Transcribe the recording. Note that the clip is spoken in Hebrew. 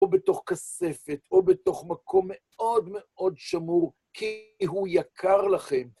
או בתוך כספת, או בתוך מקום מאוד מאוד שמור, כי הוא יקר לכם.